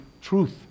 truth